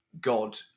God